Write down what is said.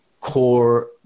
core